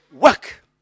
work